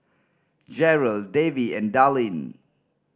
Jarrell Davy and Dallin